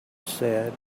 said